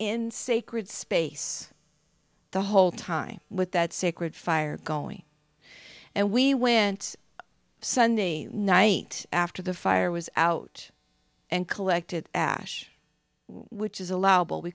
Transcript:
in sacred space the whole time with that sacred fire going and we went sunday night after the fire was out and collected ash which is allowable we